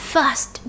First